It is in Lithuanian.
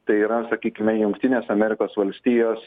tai yra sakykime jungtinės amerikos valstijos